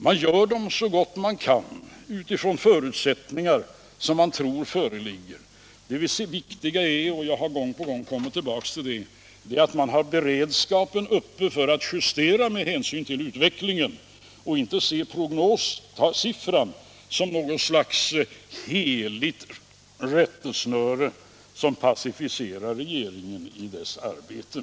Man tar fram dem så gott man kan utifrån de förutsättningar som man tror föreligger. Det viktiga är — och jag har gång på gång kommit tillbaka till det — att man har beredskap för att kunna justera med hänsyn till utvecklingen och att man inte tar prognossiffrorna till något slags heligt rättesnöre som passiviserar regeringen i dess arbete.